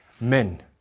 Men